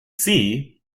see